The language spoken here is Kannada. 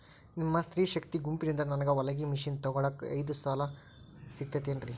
ನಿಮ್ಮ ಸ್ತ್ರೇ ಶಕ್ತಿ ಗುಂಪಿನಿಂದ ನನಗ ಹೊಲಗಿ ಮಷೇನ್ ತೊಗೋಳಾಕ್ ಐದು ಸಾಲ ಸಿಗತೈತೇನ್ರಿ?